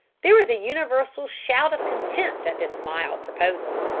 there was a universal shout of contempt at this mild proposal.